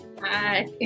Hi